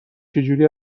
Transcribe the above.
چجوری